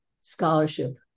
scholarship